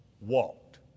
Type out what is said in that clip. walked